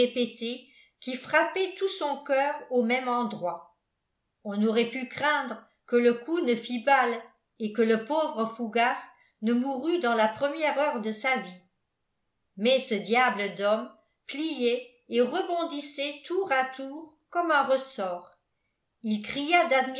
qui frappaient tous son coeur au même endroit on aurait pu craindre que le coup ne fît balle et que le pauvre fougas ne mourût dans la première heure de sa vie mais ce diable d'homme pliait et rebondissait tour à tour comme un ressort il cria